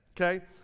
okay